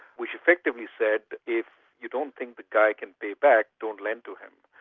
which effectively said if you don't think the guy can pay back, don't lend to him',